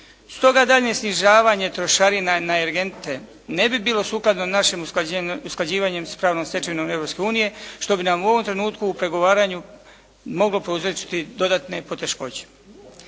Stoga daljnje snižavanje trošarina na energente ne bi bilo sukladno našem usklađivanju sa pravnom stečevinom Europske unije što bi nam u ovom trenutku u pregovaranju moglo prouzročiti dodatne poteškoće.